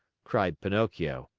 cried pinocchio.